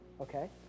Okay